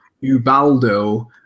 ubaldo